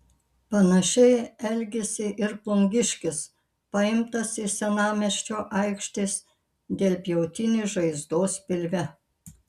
panašiai elgėsi ir plungiškis paimtas iš senamiesčio aikštės dėl pjautinės žaizdos pilve